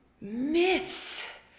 myths